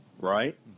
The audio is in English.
right